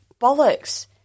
bollocks